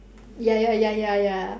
ya ya ya ya ya